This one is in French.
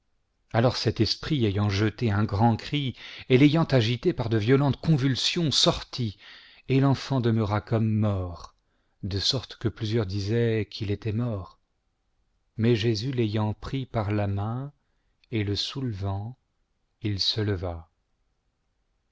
alors cet esprit ayant jeté un grand cri et l'ayant agité par de violentes convulsions sortit et l'enfant demeura comme mort de sorte que plusieurs disaient qu'il était mort mais jésus l'ayant pris par la main et le soulevant il se leva